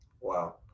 Wow